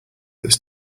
this